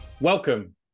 Welcome